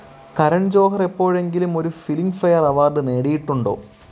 കരൺ ജോഹറെപ്പോഴെങ്കിലും ഒരു Filmfare award നേടിയിട്ടുണ്ടോ